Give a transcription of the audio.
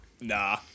nah